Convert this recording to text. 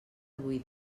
avui